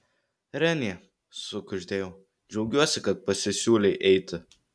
renė sukuždėjau džiaugiuosi kad pasisiūlei eiti